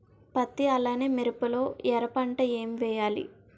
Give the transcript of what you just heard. పత్తి అలానే మిరప లో ఎర పంట ఏం వేయాలి?